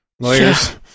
lawyers